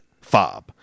fob